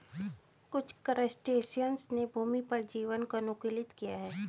कुछ क्रस्टेशियंस ने भूमि पर जीवन को अनुकूलित किया है